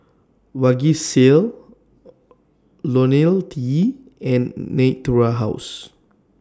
Vagisil Lonil T and Natura House